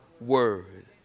word